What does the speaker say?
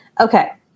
Okay